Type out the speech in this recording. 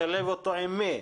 לשלב אותו עם מי?